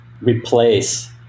replace